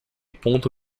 ponto